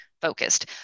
focused